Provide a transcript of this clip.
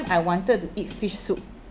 I wanted to eat fish soup